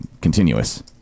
continuous